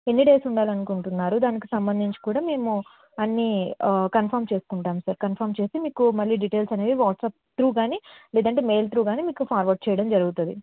ఎన్ని డేస్ ఉండాలి అనుకుంటున్నారు దానికి సంబంధించి కూడా మేము అన్నీ కన్ఫామ్ చేసుకుంటాం సార్ కన్ఫామ్ చేసి మళ్ళీ మీకు డీటెయిల్స్ అన్నీ వాట్సాప్ త్రూ కానీ లేదంటే మెయిల్ త్రూ కానీ మీకు ఫార్వర్డ్ చేయడం జరుగుతుంది